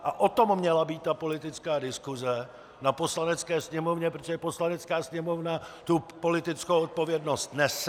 O tom měla být ta politická diskuse na Poslanecké sněmovně, protože Poslanecká sněmovna tu politickou odpovědnost nese.